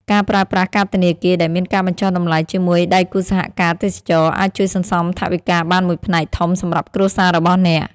ការប្រើប្រាស់កាតធនាគារដែលមានការបញ្ចុះតម្លៃជាមួយដៃគូសហការទេសចរណ៍ អាចជួយសន្សំថវិកាបានមួយផ្នែកធំសម្រាប់គ្រួសាររបស់អ្នក។